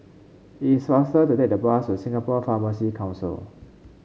it's faster to take the bus to Singapore Pharmacy Council